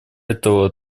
этого